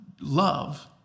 love